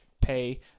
pay